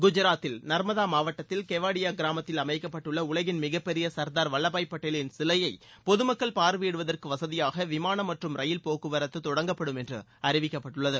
குஜராத்தில் நர்மதா மாவட்டத்தில் கெவடியா கிராமத்தில் அமைக்கப்பட்டுள்ள உலகின் மிகப்பெரிய சர்தார் வல்வபாய் பட்டேலின் சிலையை பொதுமக்கள் பார்வையிடுவதற்கு வசதியாக விமானம் மற்றும் ரயில் போக்குவரத்து தொடங்கப்படும் என்று அறிவிக்கப்பட்டுள்ளது